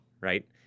Right